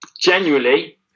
genuinely